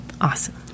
awesome